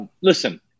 listen